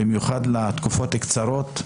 במיוחד לתקופות קצרות,